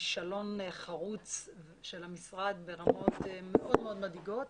כישלון חרוץ של המשרד ברמות מאוד מאוד מדאיגות.